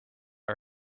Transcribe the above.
our